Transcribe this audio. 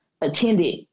attended